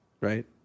right